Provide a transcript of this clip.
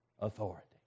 authority